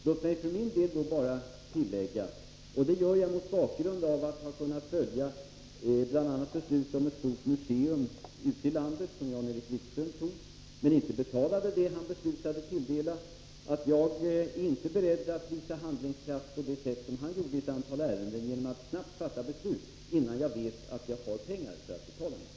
Låt mig för min del då bara tillägga — och det gör jag mot bakgrund av att jag har kunnat följa utvecklingen av planerna på ett stort museum ute i landet som Jan-Erik Wikström fattade beslut om men inte beviljade de medel som han hade beslutat tilldela det — att jag inte är beredd att visa handlingskraft på det sätt som han gjorde i ett antal ärenden, nämligen genom att fatta beslut innan man vet att man har pengar för att betala det.